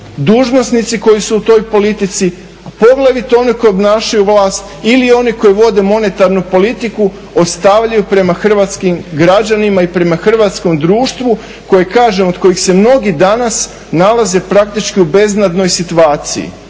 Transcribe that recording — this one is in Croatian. dužnosnici koji su u toj politici, poglavito oni koji obnašaju vlast, ili oni koji vode monetarnu politiku ostavljaju prema hrvatskim građanima i prema hrvatskom društvu koji kažem od kojih se mnogi danas nalaze praktički u beznadnoj situaciji,